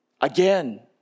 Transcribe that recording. again